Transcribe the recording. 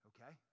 Okay